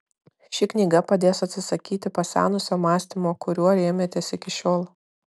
ši knyga padės atsisakyti pasenusio mąstymo kuriuo rėmėtės iki šiol